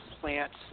plants